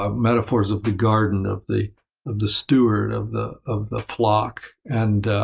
um metaphors of the garden, of the of the steward, of the of the flock, and